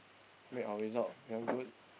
make our result become good